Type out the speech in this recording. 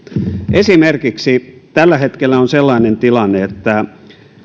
esimerkiksi tällä hetkellä on sellainen tilanne että